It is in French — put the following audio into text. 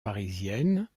parisiennes